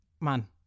man